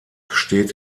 steht